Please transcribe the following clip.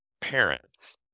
parents